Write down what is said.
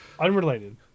Unrelated